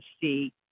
see